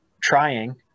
trying